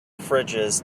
fridges